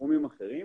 ותחומים אחרים,